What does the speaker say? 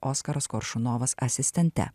oskaras koršunovas asistente